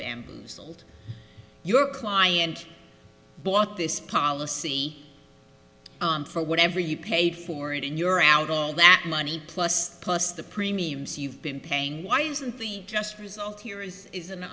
bamboozled your client bought this policy on for whatever you paid for it and you're out of that money plus plus the premiums you've been paying why isn't just result here is is an